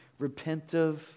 repentive